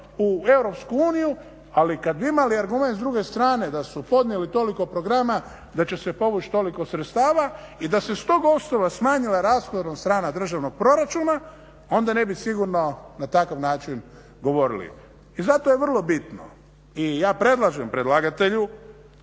u EU, ali kad bi imali argument s druge strane da su podnijeli toliko programa, da će se povući toliko sredstava i da se s tog osnova smanjila rashodovna strana državnog proračuna, onda ne bi sigurno na takav način govorili. I zato je vrlo bitno i ja predlažem predlagatelju